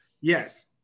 Yes